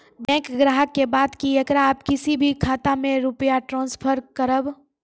Bank ग्राहक के बात की येकरा आप किसी भी खाता मे रुपिया ट्रांसफर करबऽ?